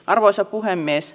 arvoisa puhemies